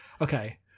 Okay